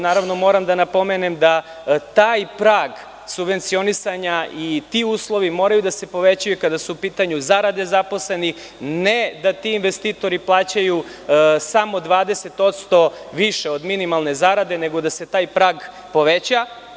Naravno, moram da napomenem da taj prag subvencionisanja i ti uslovi moraju da se povećaju kada su u pitanju zarade zaposlenih, ne da ti investitori plaćaju samo 20% više od minimalne zarade, nego da se taj prag poveća.